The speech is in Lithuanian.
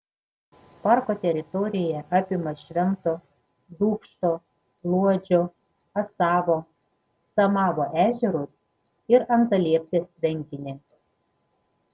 parko teritorija apima švento dūkšto luodžio asavo samavo ežerus ir antalieptės tvenkinį